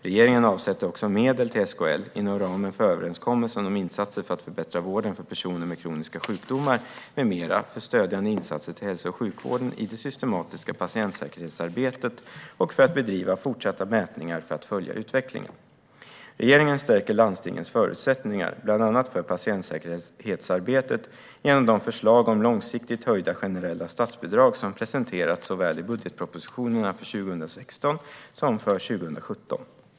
Regeringen avsätter också medel till SKL, inom ramen för överenskommelsen om insatser för att förbättra vården för personer med kroniska sjukdomar med mera, för stödjande insatser till hälso och sjukvården i det systematiska patientsäkerhetsarbetet och för att bedriva fortsatta mätningar för att följa utvecklingen. Regeringen stärker landstingens förutsättningar, bland annat för patientsäkerhetsarbetet, genom de förslag om långsiktigt höjda generella statsbidrag som presenterats i budgetpropositionerna för såväl 2016 som 2017.